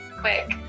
quick